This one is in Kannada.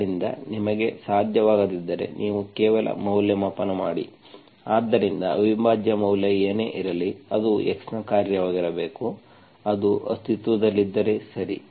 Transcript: ಆದ್ದರಿಂದ ನಿಮಗೆ ಸಾಧ್ಯವಾಗದಿದ್ದರೆ ನೀವು ಕೇವಲ ಮೌಲ್ಯಮಾಪನ ಮಾಡಿ ಆದ್ದರಿಂದ ಅವಿಭಾಜ್ಯ ಮೌಲ್ಯ ಏನೇ ಇರಲಿ ಅದು x ನ ಕಾರ್ಯವಾಗಿರಬೇಕು ಅದು ಅಸ್ತಿತ್ವದಲ್ಲಿದ್ದರೆ ಸರಿ